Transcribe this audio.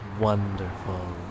Wonderful